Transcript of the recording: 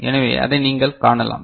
எனவே அதை நீங்கள் காணலாம்